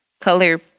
color